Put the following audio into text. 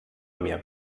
mehr